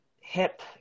hip